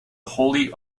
wholly